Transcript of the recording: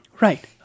Right